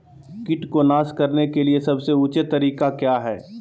किट को नास करने के लिए सबसे ऊंचे तरीका काया है?